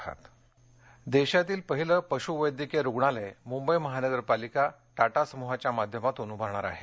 पश् देशातील हे पहिले पशू वैद्यकीय रुग्णालय मुंबई महानगरपालिका टाटा समूहाच्या माध्यमातून उभारणार आहे